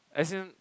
as in